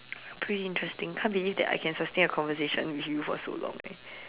pretty interesting I can't believe that I can sustain a conversation with you for so long eh